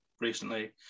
recently